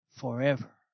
Forever